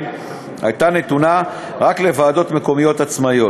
הייתה נתונה רק לוועדות מקומיות עצמאיות.